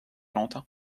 longtemps